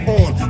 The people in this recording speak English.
on